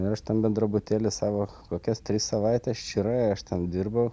ir aš ten bendrabutėly savo kokias tris savaites ščyrai aš ten dirbau